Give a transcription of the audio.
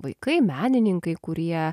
vaikai menininkai kurie